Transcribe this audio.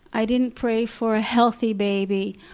i didn't pray for a healthy baby.